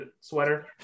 sweater